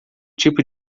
tipo